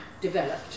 developed